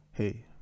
Hey